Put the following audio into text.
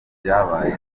byabaye